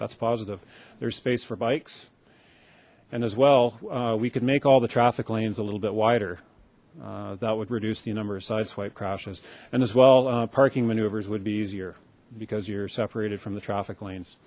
that's positive there's space for bikes and as well we could make all the traffic lanes a little bit wider that would reduce the number of sideswiped crashes and as well parking maneuvers would be easier because you're separated from the traffic lanes